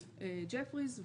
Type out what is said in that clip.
ג'פריס,